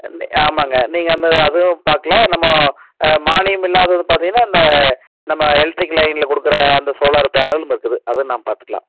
ஆமாம்ங்க நீங்கள் அந்து அதுவும் பார்க்கலாம் நம்ம மானியம் இல்லாதது பார்த்தீங்கன்னா அந்த நம்ம எலக்ட்ரிக் லைனில் கொடுக்கற அந்த சோலார் பேனலும் இருக்குது அதை நம்ம பார்த்துக்கலாம்